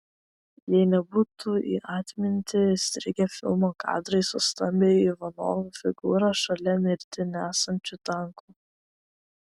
jei nebūtų į atmintį įstrigę filmo kadrai su stambia ivanovo figūra šalia mirtį nešančių tankų